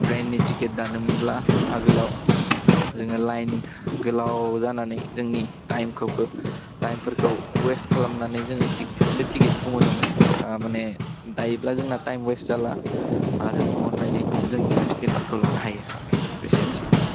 ट्रेननि थिकिट दानोमोनब्ला आगोलाव जोङो लाइन गोलाव जानानै जोंनि टाइमफोरखौ टाइमफोरखौ वेस खालामनानै जोङो थिखौसो थिकिटखौ मोनोमोन मानि दायोब्ला जोंना टाइम वेस जाला आरो अनलाइनयैनो जों थिकिटफोरखौ लानो हायो एसेनोसै